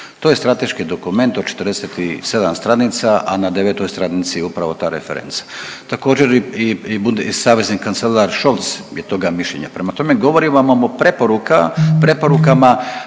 To je strateški dokument od 47 stanica, a na 9 stranici je upravo ta referenca. Također i savezni kancelar Scholz je toga mišljenja. Prema tome, govorim vam o preporuka,